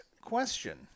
question